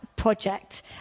Project